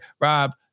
Rob